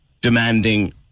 demanding